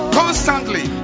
constantly